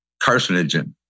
carcinogen